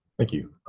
thank you.